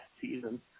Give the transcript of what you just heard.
season